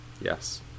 Yes